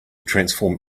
transform